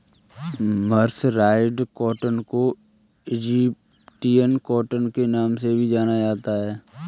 mercerised cotton को Egyptian cotton के नाम से भी जाना जाता है